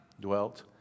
dwelt